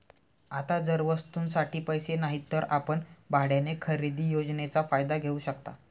आता जर वस्तूंसाठी पैसे नाहीत तर आपण भाड्याने खरेदी योजनेचा फायदा घेऊ शकता